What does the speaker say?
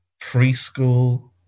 preschool